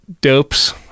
dopes